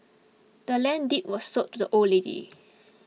the land's deed was sold to the old lady